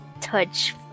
touch